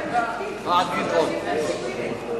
לוועדת החינוך,